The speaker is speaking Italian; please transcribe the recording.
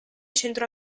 centro